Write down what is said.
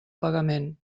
pagament